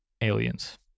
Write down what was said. aliens